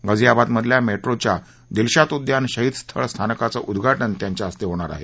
गाजियाबादमधल्या मेट्रोच्या दिलशाद उद्यान शहीद स्थळ स्थानकाचं उद्घाटन त्यांच्या हस्ते होणार आहे